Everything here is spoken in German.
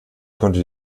konnte